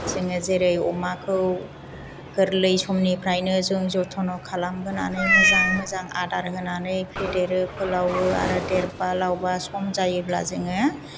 जोङो जेरै अमाखौ गोरलै समनिफ्रायनो जों जथ्न' खालामबोनानै मोजाङै मोजां आदार होनानै फेदेरो फोलावो आरो देरबा लावबा सम जायोब्ला जोङो